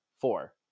four